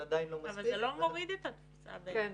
זה עדיין לא מספיק --- אבל זה לא מוריד את התפוסה בעצם.